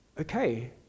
okay